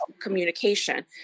communication